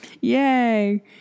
Yay